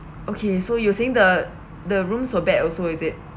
okay so you saying the the rooms were bad also is it